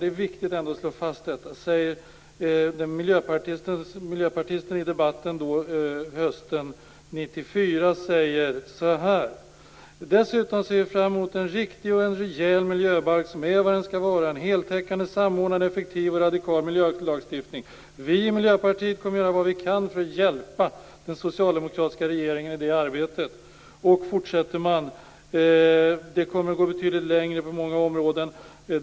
Det är viktigt att slå fast att redan på den tiden, på hösten 1994, sade miljöpartister i debatten: "Dessutom ser vi fram emot en riktig, och en rejäl, miljöbalk som är vad den skall vara: en heltäckande samordnad, effektiv och radikal miljölagstiftning. Vi i Miljöpartiet kommer att göra vad vi kan för hjälpa den socialdemokratiska regeringen i det arbetet Sedan fortsätter man och säger att den kommer att gå betydligt längre på många områden.